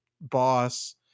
boss